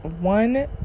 one